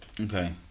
Okay